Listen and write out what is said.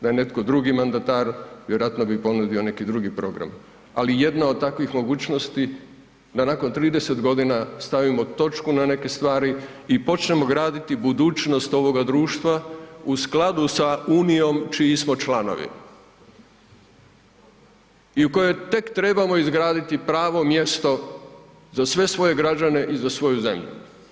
Da je netko drugi mandatar vjerojatno bih ponudio neki drugi program, ali jedna od takvih mogućnosti da nakon 30 godina stavimo točku na neke stvari i počnemo graditi budućnost ovoga društva u skladu sa unijom čiji smo članovi i u kojoj tek trebamo izgraditi pravo mjesto za sve svoje građane i za svoju zemlju.